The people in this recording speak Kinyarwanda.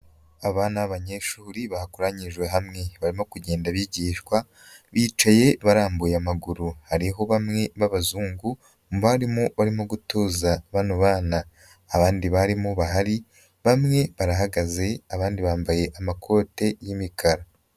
Abana b'abanyeshuri bakoranyirijwe hamwe, barimo kugenda bigishwa, bicaye barambuye amaguru, hariho bamwe b'abazungu, abarimu barimo gutoza bano bana, abandi barimu bamwe barahagaze, abandi bambaye amakote y'imikara.